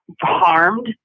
harmed